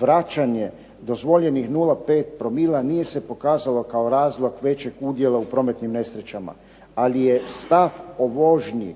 Vraćanje dozvoljeni 0,5 promila nije se pokazalo kao razlog većeg udjela u prometnim nesrećama, ali je stav o vožnji